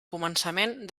començament